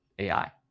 AI